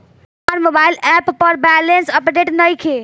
हमार mobile app पर balance update नइखे